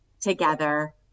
together